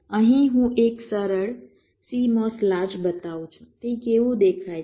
અહીં હું એક સરળ CMOS લાચ બતાવું છું તે કેવું દેખાય છે